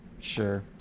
Sure